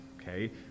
okay